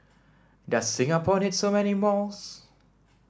does Singapore need so many malls